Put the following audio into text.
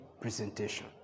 presentation